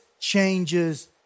changes